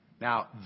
Now